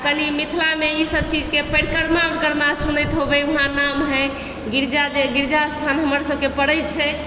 कनि मिथिलामे ई सब चीजके परिक्रमा उरक्रमा सुनैत होबै उहाँ नाम है गिरिजा देवी गिरिजा स्थान हमरा सबके पड़ै छै